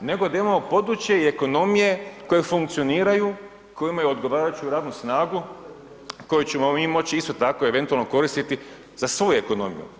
nego da imamo područje i ekonomije koje funkcioniraju, koje imaju odgovarajuću radnu snagu koju ćemo mi moći isto tako, eventualno koristiti za svoju ekonomiju.